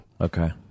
Okay